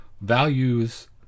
values